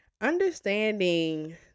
understanding